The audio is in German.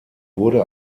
wurde